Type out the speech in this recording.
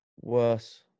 Worse